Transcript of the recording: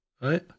right